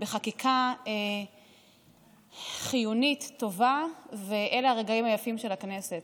בחקיקה חיונית, טובה, ואלה הרגעים היפים של הכנסת,